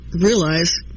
realize